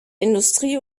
industrie